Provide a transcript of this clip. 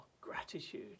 gratitude